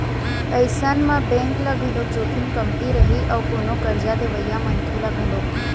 अइसन म बेंक ल घलोक जोखिम कमती रही अउ कोनो करजा देवइया मनखे ल घलोक